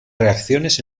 reacciones